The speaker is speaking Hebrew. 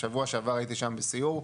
בשבוע שעבר הייתי שם בסיור,